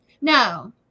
No